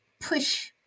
push